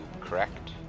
correct